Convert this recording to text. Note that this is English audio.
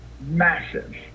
Massive